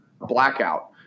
blackout